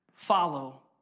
Follow